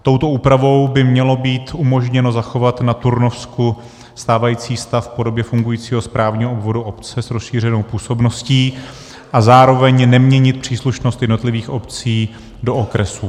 Touto úpravou by mělo být umožněno zachovat na Turnovsku stávající stav v podobě fungujícího správního obvodu obce s rozšířenou působností a zároveň neměnit příslušnost jednotlivých obcí do okresů.